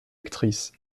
actrice